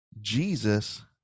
Jesus